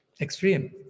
Extreme